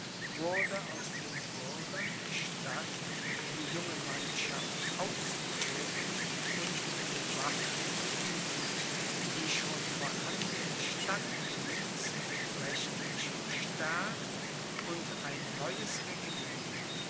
wurde aus den bürgern der stadt die junge mannschaft ausgehoben und in den waffen geübt die schon vorhandene stadtmiliz beträchtlich verstärkt und ein neues regiment